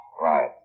right